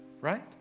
right